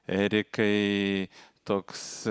erikai toks